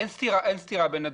אין סתירה בין הדברים.